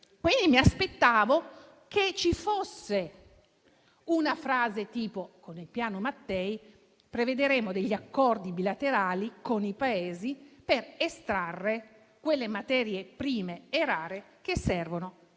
quindi, che ci fosse una frase del tipo: con il Piano Mattei prevedremo degli accordi bilaterali con i Paesi per estrarre quelle materie prime rare che servono